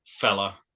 fella